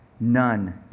None